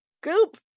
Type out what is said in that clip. goop